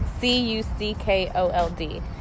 C-U-C-K-O-L-D